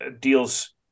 deals